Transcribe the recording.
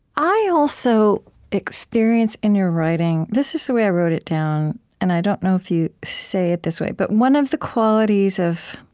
i also experience in your writing this is the way i wrote it down, and i don't know if you say it this way but one of the qualities of